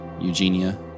Eugenia